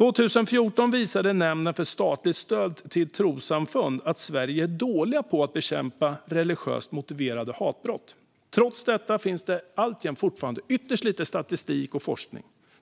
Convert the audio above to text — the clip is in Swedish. År 2014 visade Nämnden för statligt stöd till trossamfund att Sverige är dåligt på att bekämpa religiöst motiverade hatbrott. Trots detta finns det alltjämt ytterst lite statistik och forskning att tillgå.